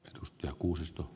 arvoisa puhemies